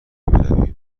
برویم